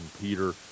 Peter